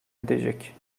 edecek